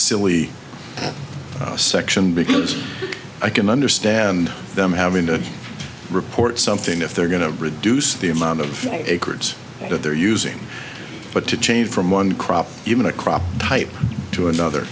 silly section because i can understand them having to report something if they're going to reduce the amount of acreage that they're using but to change from one crop even a crop type to another